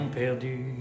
perdu